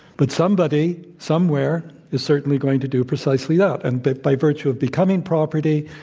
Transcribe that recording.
but somebody somewhere is certainly going to do precisely that. and but by virtue of becoming property,